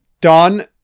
done